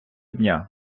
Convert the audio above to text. дня